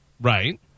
Right